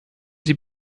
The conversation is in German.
sie